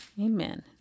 Amen